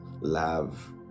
love